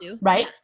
right